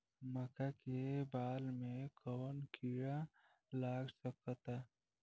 मका के बाल में कवन किड़ा लाग सकता?